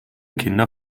kinder